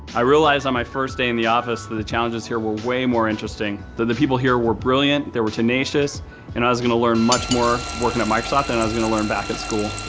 i realized on my first day in the office that the challenges here were way more interesting, that the people here were brilliant, they were tenacious and i was gonna learn much more working at microsoft than i was gonna learn back at school.